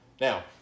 Now